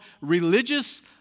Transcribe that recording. religious